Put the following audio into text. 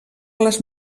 les